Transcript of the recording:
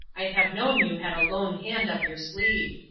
i'd have known you had a lone hand up your sleeve.